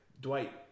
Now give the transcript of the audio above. Dwight